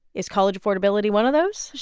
is college affordability one of those?